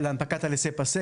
להנפקת ..פאסה,